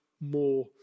more